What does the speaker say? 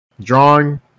drawing